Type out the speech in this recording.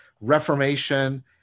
Reformation